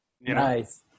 nice